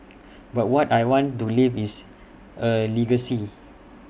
but what I want to leave is A legacy